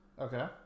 Okay